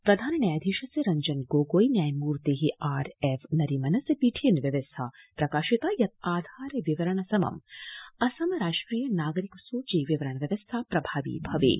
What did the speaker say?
प्रधान न्यायाधीशस्य रब्जन गोगोई न्यायमूर्ते आर एफ नरीमनस्य पीठेन व्यवस्था प्रकाशिता यत आधार विवरण समं असम राष्ट्रिय नागरिक सुची विवरण व्यवस्था प्रभावि भवेत